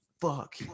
Fuck